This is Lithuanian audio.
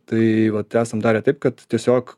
tai vat esam darę taip kad tiesiog